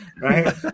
right